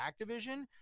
Activision